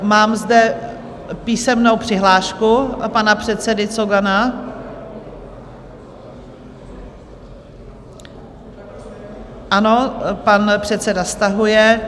Mám zde písemnou přihlášku pana předsedy Cogana ano, pan předseda stahuje.